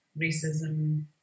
racism